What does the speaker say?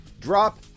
Drop